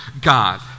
God